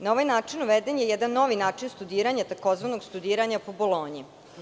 Na ovaj način uveden je jedan novi način studiranja, tzv. studiranja po Bolonji.